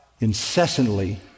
incessantly